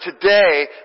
today